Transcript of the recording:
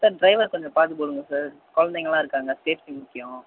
sir driver கொஞ்சம் பார்த்துப் போடுங்கள் சார் கொழந்தைங்கள்லாம் இருக்காங்க சேஃப்டி முக்கியம்